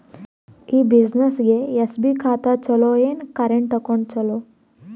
ಈ ಬ್ಯುಸಿನೆಸ್ಗೆ ಎಸ್.ಬಿ ಖಾತ ಚಲೋ ಏನು, ಕರೆಂಟ್ ಅಕೌಂಟ್ ಚಲೋ?